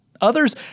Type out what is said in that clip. Others